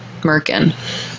Merkin